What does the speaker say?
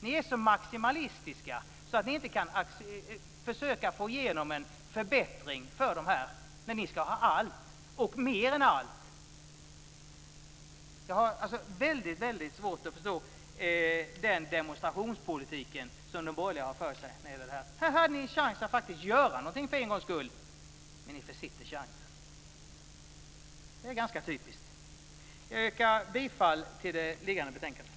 Ni är så maximalistiska att ni inte kan försöka få igenom en förbättring. Ni ska ha allt och mer än allt. Jag har väldigt svårt att förstå den demonstrationspolitik som de borgerliga har för sig. Här hade ni chansen att faktiskt göra någonting för en gångs skull. Men ni försitter chansen. Det är ganska typiskt. Jag yrkar bifall till det liggande betänkandet.